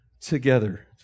together